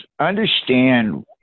understand